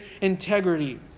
integrity